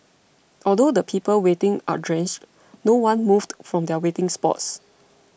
although the people waiting are drenched no one moved from their waiting spots